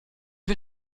wir